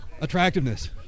attractiveness